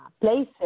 places